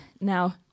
Now